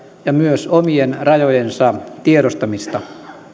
ja myös omien rajojensa tiedostamista